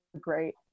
great